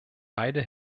beide